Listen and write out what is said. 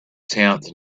tenth